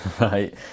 right